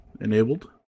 enabled